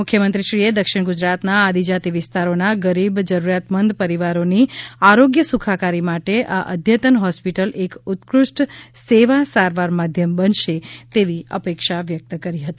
મુખ્યમંત્રીશ્રીએ દક્ષિણ ગુજરાતના આદિજાતિ વિસ્તારોના ગરીબ જરૂરતમંદ પરિવારોની આરોગ્ય સુખાકારી માટે આ અદ્યતન હોસ્પિટલ એક ઉત્કૃષ્ટ સેવા સારવાર માધ્યમ બનશે તેવી અપેક્ષા વ્યકત કરી હતી